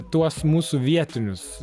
tuos mūsų vietinius